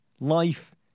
Life